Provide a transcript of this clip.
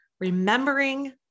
remembering